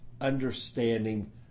understanding